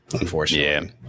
unfortunately